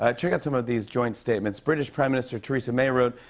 ah check out some of these joint statements. british prime minister theresa may wrote,